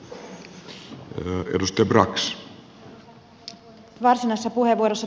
arvoisa herra puhemies